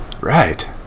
Right